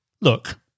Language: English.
look